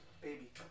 baby